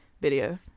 video